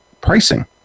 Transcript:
pricing